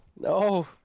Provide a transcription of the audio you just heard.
No